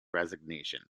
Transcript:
resignation